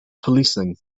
policing